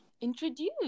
introduce